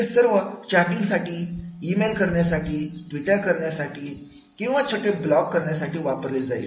हे सर्व चॅटिंगसाठी ईमेल करण्यासाठी ट्विटर करण्यासाठी किंवा छोटे ब्लॉग करण्यासाठी वापरले जाईल